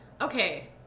Okay